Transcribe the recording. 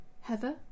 Heather